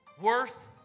worth